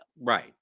Right